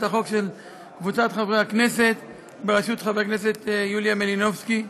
החוק של קבוצת חברי הכנסת בראשות חברת הכנסת יוליה מלינובסקי.